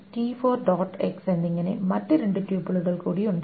X എന്നിങ്ങനെ മറ്റ് രണ്ട് ട്യൂപ്പലുകൾ കൂടി ഉണ്ട്